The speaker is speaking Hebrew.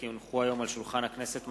כי הונחו היום על שולחן הכנסת,